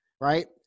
right